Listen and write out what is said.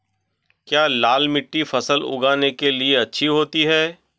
क्या लाल मिट्टी फसल उगाने के लिए अच्छी होती है?